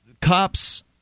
cops